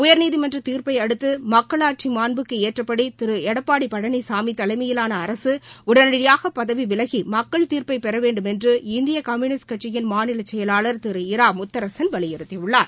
உயர்நீதிமன்ற தீர்ப்பை அடுத்து மக்களாட்சி மாண்புக்கு ஏற்றபடி திரு எடப்பாடி பழனிசாமி தலைமையிவாள அரசு உடனடியாக பதவிவிலகி மக்கள் தீர்ப்பை பெற வேண்டுமென்று இந்திய கம்யுனிஸ்ட்கட்சியின் மாநில செயலாளர் திரு இரா முத்தரசன் வலியுறுத்தியுள்ளார்